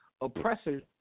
oppressors